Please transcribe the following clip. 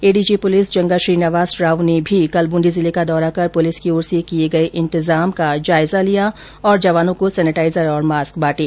ADG police Janga Srinivas Rao ने भी कल बूंदी जिले का दौरा कर पुलिस की ओर से किए गए इंतजाम का जायजा लिया और जवानों को सैनेटाइजर और मास्क बांटे